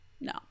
No